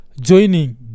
joining